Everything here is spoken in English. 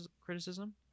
criticism